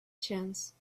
chance